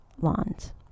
lawns